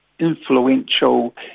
influential